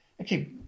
Okay